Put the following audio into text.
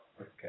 Okay